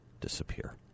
disappear